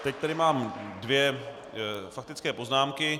Teď tady mám dvě faktické poznámky.